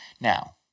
Now